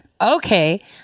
Okay